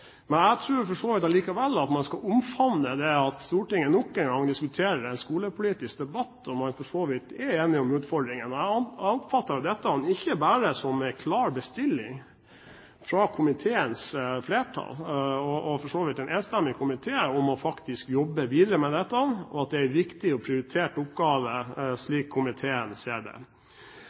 Jeg tror likevel at man skal omfavne det at Stortinget nok en gang har en skolepolitisk debatt, og at man for så vidt er enig om utfordringene. Jeg oppfatter dette som en klar bestilling fra komiteens flertall, og for så vidt en enstemmig komité, om faktisk å jobbe videre med dette, og som en viktig og prioritert oppgave, slik komiteen ser det.